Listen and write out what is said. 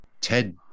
Ted